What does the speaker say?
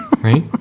right